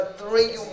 three